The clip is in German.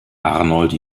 arnold